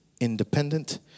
independent